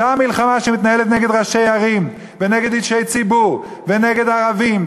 אותה מלחמה שמתנהלת נגד ראשי ערים ונגד אישי ציבור ונגד ערבים,